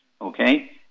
Okay